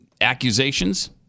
accusations